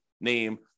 name